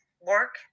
work